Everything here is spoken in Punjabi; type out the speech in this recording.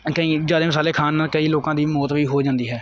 ਕਈ ਜ਼ਿਆਦਾ ਮਸਾਲੇ ਖਾਣ ਨਾਲ ਕਈ ਲੋਕਾਂ ਦੀ ਮੌਤ ਵੀ ਹੋ ਜਾਂਦੀ ਹੈ